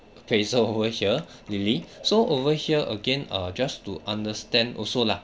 praise over here lily so over here again uh just to understand also lah